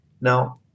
Now